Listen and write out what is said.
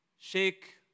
shake